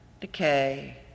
decay